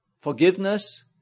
forgiveness